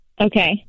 okay